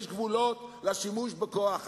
גבולות לשימוש בכוח.